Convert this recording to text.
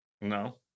No